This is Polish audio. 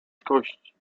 kości